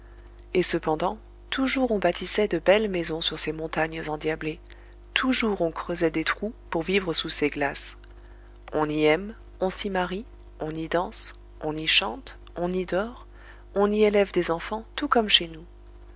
et cependant toujours on bâtissait de belles maisons sur ces montagnes endiablées toujours on creusait des trous pour vivre sous ces glaces on y aime on s'y marie on y danse on y chante on y dort on y élève des enfants tout comme chez nous